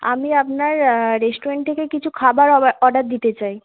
আমি আপনার রেস্টুরেন্ট থেকে কিছু খাবার অর্ডার দিতে চাই